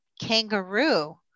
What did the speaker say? kangaroo